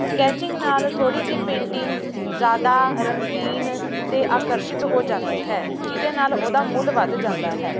sketching ਨਾਲ ਥੋੜ੍ਹੀ ਜਿਹੀ ਪੇਂਟਿੰਗ ਜ਼ਿਆਦਾ ਰੰਗੀਨ ਅਤੇ ਆਕਰਸ਼ਿਤ ਹੋ ਜਾਂਦੀ ਹੈ ਜਿਹਦੇ ਨਾਲ ਉਹਦਾ ਮੁੱਲ ਵਧ ਜਾਂਦਾ ਹੈ